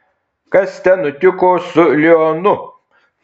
kas ten nutiko su lionu